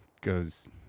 goes